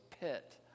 pit